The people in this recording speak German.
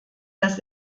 das